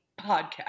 podcast